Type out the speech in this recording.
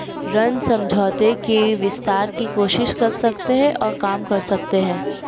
ऋण समझौते के विस्तार की कोशिश कर सकते हैं और काम कर सकते हैं